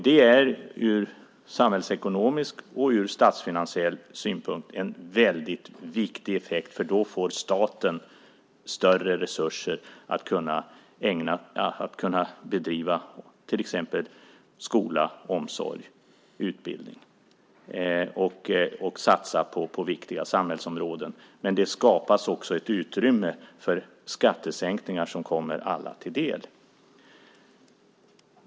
Det är ur samhällsekonomisk och statsfinansiell synpunkt en viktig effekt, för då får staten större resurser att kunna bedriva till exempel skola, omsorg och utbildning och satsa på viktiga samhällsområden. Men det skapas också ett utrymme för skattesänkningar som kommer alla till del.